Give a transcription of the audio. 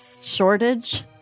Shortage